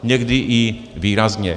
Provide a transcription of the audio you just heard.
Někdy i výrazně.